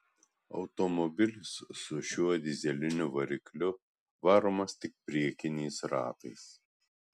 automobilis su šiuo dyzeliniu varikliu varomas tik priekiniais ratais